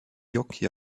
gnocchi